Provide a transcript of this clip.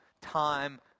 time